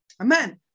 Amen